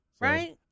right